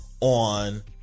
on